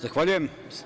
Zahvaljujem.